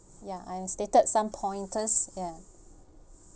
ya I have stated some pointers ya